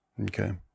Okay